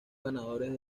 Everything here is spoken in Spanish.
ganadores